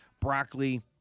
broccoli